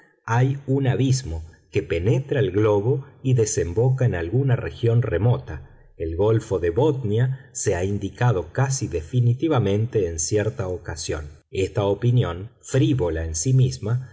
hay un abismo que penetra el globo y desemboca en alguna región remota el golfo de botnia se ha indicado casi definitivamente en cierta ocasión esta opinión frívola en sí misma